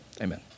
amen